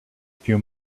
few